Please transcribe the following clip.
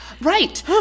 Right